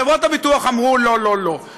חברות הביטוח אמרו: לא, לא, לא.